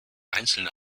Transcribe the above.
einzelne